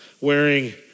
wearing